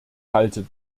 halte